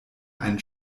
einen